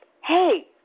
Hey